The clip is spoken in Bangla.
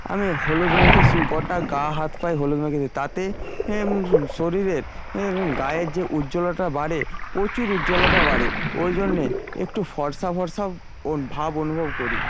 আমি হলুদ মেখে শুই কটা গা হাত পায়ে হলুদ মেখে শুই তাতে শরীরের গায়ের যে উজ্জ্বলতা বাড়ে প্রচুর উজ্জ্বলতা বাড়ে ওইজন্যে একটু ফরসা ফরসা ভাব অনুভব করি